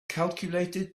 calculated